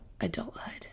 adulthood